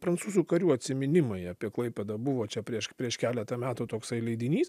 prancūzų karių atsiminimai apie klaipėdą buvo čia prieš prieš keletą metų toksai leidinys